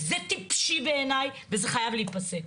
זה טיפשי בעיניי וזה חייב להפסק.